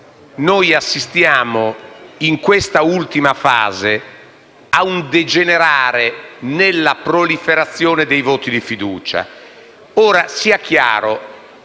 assistiamo, in questa ultima fase, a una degenerazione nella proliferazione dei voti di fiducia. Questo non